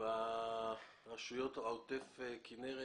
ברשויות עוטף כינרת.